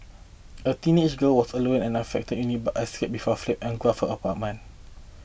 a teenage girl was alone in the affected unit but escaped before flame engulfed her apartment